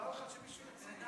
פעם אחת שמישהו יוציא.